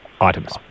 items